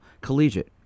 collegiate